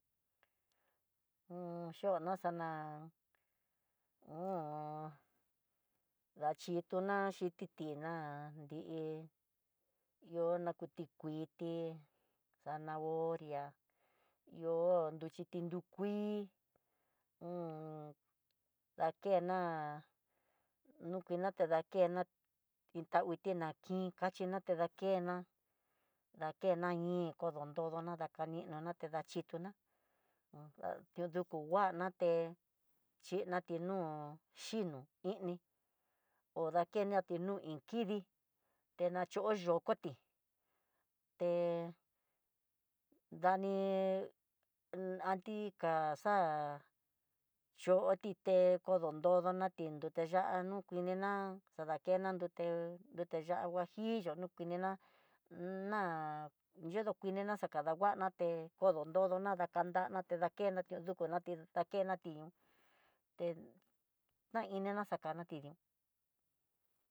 Ho xhona xaná un daxhitoná hititiná, dii ihó na ku tikuiti zanahoria ihó nruxhi ti nu kuii un dakena no kuina tedakená hi takuii tida kuin, kaxhina tidakena dakena ñi'í kodontodona ta dakaninona toda xhitona hó ño duku nguana, té xhina tinú xhión ini ho dakena tiniún iin kidi, te na yo'ó yokoti te dani anti a xa'a yo'ó tité kodontongona ti nruya'á no kuiina xadakena nrutenruté ya'á huajillo no kuina ná yudokuininá xakadanguana té kodo nrodona dakandanaté dakenaté dukunati te ta inina xakana tidin.